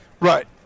Right